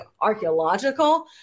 archaeological